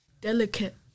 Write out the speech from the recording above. delicate